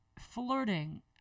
flirting